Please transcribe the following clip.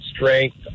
strength